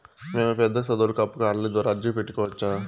మేము పెద్ద సదువులకు అప్పుకి ఆన్లైన్ ద్వారా అర్జీ పెట్టుకోవచ్చా?